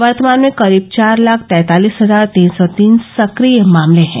वर्तमान में करीब चार लाख तैंतालिस हजार तीन सौ तीन सक्रिय मामले है